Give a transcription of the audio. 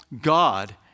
God